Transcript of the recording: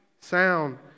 sound